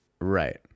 right